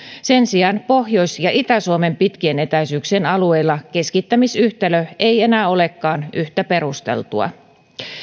sen sijaan pohjois ja itä suomen pitkien etäisyyksien alueilla keskittämisyhtälö ei enää olekaan yhtä perusteltua